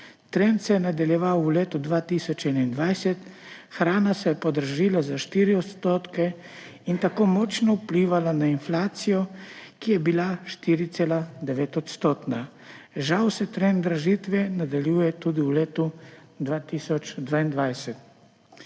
Trend se je nadaljeval v letu 2021. Hrana se je podražila za 4 % in tako močno vplivala na inflacijo, ki je bila 4,9-odstotna. Žal se trend dražitve nadaljuje tudi v letu 2022.